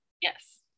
yes